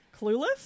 Clueless